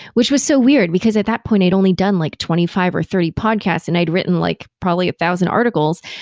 which was so weird, because at that point i'd only done like twenty five or thirty podcasts and i'd written like probably a thousand articles.